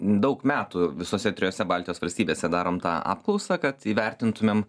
daug metų visose trijose baltijos valstybėse darom tą apklausą kad įvertintumėm